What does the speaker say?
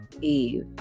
Eve